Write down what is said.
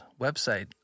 website